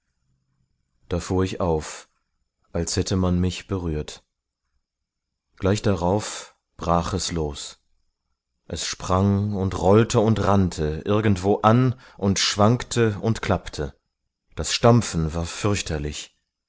da fuhr ich auf als hätte man mich berührt gleich darauf brach es los es sprang und rollte und rannte irgendwo an und schwankte und klappte das stampfen war fürchterlich